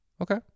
Okay